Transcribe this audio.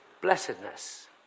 blessedness